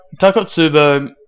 Takotsubo